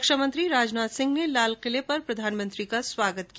रक्षामंत्री राजनाथ सिंह ने लालकिले पर प्रधानमंत्री का स्वागत किया